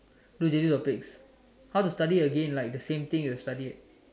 do J-two topics how to study again like the same thing you studied